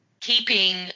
keeping